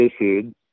issued